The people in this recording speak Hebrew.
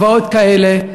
השוואות כאלה,